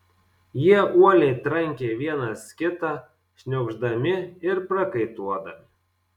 jie uoliai trankė vienas kitą šniokšdami ir prakaituodami